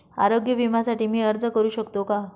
आरोग्य विम्यासाठी मी अर्ज करु शकतो का?